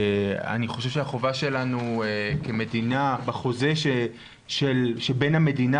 אני חושב שהחובה שלנו כמדינה בחוזה שבין המדינה